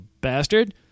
bastard